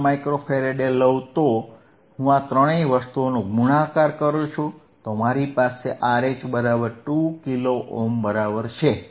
1 micro farad લઉ તો હું આ ત્રણેય વસ્તુઓનો ગુણાકાર કરું છું તો મારી પાસે RH 2 કિલો ઓહ્મ બરાબર છે